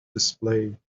display